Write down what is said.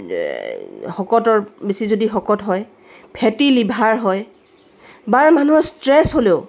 শকতৰ বেছি যদি শকত হয় ফেটি লিভাৰ হয় বা মানুহৰ ষ্ট্ৰেচ হ'লেও